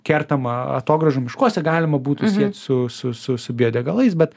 kertama atogrąžų miškuose galima būtų siet su su su su biodegalais bet